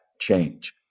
change